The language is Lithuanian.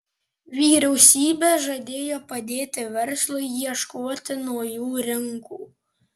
vyriausybė žadėjo padėti verslui ieškoti naujų rinkų